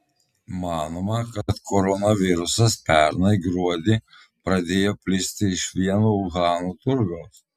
manoma kad koronavirusas pernai gruodį pradėjo plisti iš vieno uhano turgaus